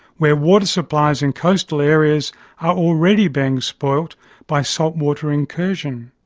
where water supplies in coastal areas are already being spoilt by salt-water incursion.